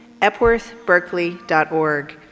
epworthberkeley.org